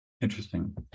Interesting